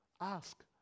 Ask